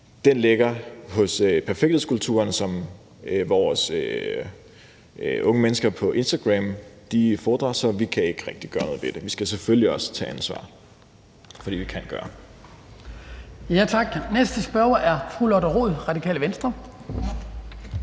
Den ligger hos perfekthedskulturen, som vores unge mennesker på Instagram fordrer, så vi kan ikke rigtig gøre noget ved det. Vi skal selvfølgelig også tage ansvar for det, vi kan gøre. Kl. 11:37 Den fg. formand (Hans Kristian